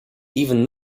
even